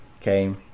Okay